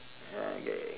ya K can